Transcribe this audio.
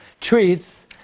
treats